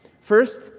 First